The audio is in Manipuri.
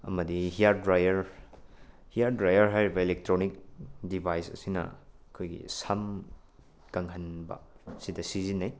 ꯑꯃꯗꯤ ꯍꯦꯌꯔ ꯗ꯭ꯔꯥꯏꯌꯔ ꯍꯦꯌꯔ ꯗ꯭ꯔꯥꯏꯌꯔ ꯍꯥꯏꯔꯤꯕ ꯑꯦꯂꯦꯛꯇ꯭ꯔꯣꯅꯤꯛ ꯗꯤꯚꯥꯏꯁ ꯑꯁꯤꯅ ꯑꯩꯈꯣꯏꯒꯤ ꯁꯝ ꯀꯪꯍꯟꯕ ꯑꯁꯤꯗ ꯁꯤꯖꯤꯟꯅꯩ